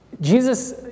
Jesus